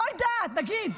לא יודעת, נגיד.